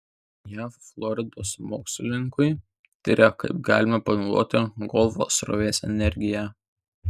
jav floridos mokslininkai tiria kaip galima panaudoti golfo srovės energiją